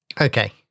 Okay